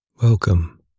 Welcome